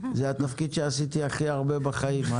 זה התפקיד שעשיתי הכי הרבה בחיים.